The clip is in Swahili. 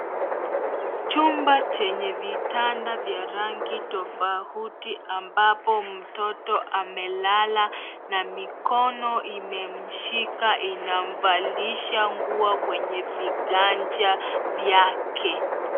Chumba chenye vitanda vya rangi tofauti ambapo mtoto amelala na mikono imemshikaa inamvalisha nguo kwenye viganja vyake.